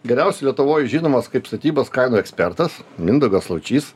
geriausiai lietuvoj žinomas kaip statybos kainų ekspertas mindaugas laučys